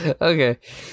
Okay